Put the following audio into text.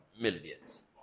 millions